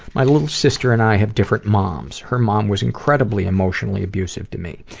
my little sister and i have different moms. her mom was incredibly emotionally abusive to me.